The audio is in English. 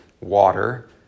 water